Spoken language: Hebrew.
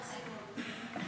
כל הכבוד, סימון.